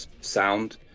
sound